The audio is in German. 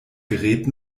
gerät